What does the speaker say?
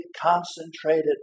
concentrated